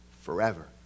forever